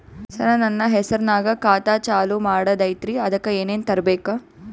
ಸರ, ನನ್ನ ಹೆಸರ್ನಾಗ ಖಾತಾ ಚಾಲು ಮಾಡದೈತ್ರೀ ಅದಕ ಏನನ ತರಬೇಕ?